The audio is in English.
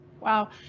Wow